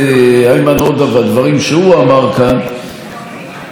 ראשית, אני מוכרח לומר,